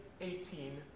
eighteen